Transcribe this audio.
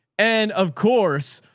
and of course,